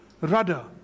rudder